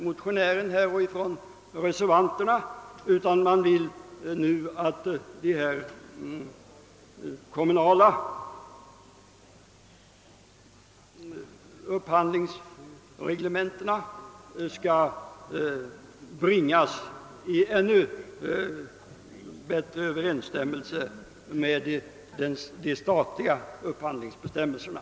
Motionären och reservanterna vill nu, att de kommunala upphandlingsreglementena skall bringas i ännu bättre överensstämmelse med de statliga upphandlingsbestämmelserna.